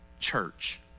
Church